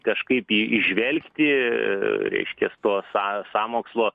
kažkaip į įžvelgti reiškias to są sąmokslo